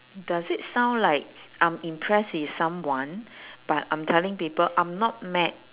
does it sound like I'm impressed with someone but I'm telling people I'm not mad